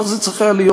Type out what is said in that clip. כך צריך היה להיות.